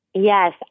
Yes